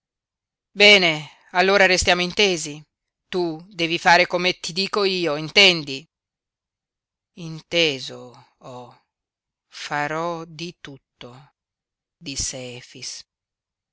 bene allora restiamo intesi tu devi fare come ti dico io intendi inteso ho farò di tutto disse efix